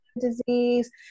disease